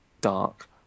dark